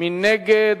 מי נגד?